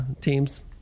teams